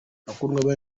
bakundwa